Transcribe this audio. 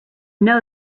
know